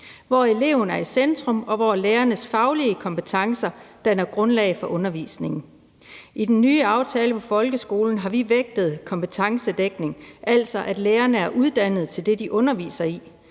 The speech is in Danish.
hvor eleven er i centrum, og hvor lærernes faglige kompetencer danner grundlag for undervisningen. I den nye aftale for folkeskolen har vi vægtet kompetencedækning, altså at lærerne er uddannet til det, de underviser i,